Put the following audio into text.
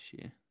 year